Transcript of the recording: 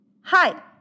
Hi